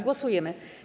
Głosujemy.